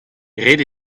ret